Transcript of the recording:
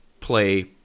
play